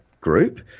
group